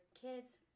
kids